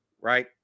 Right